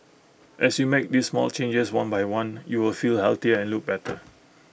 as you make these small changes one by one you will feel healthier and look better